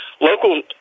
local